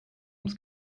ums